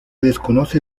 desconoce